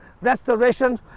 restoration